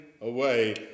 away